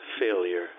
failure